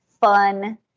fun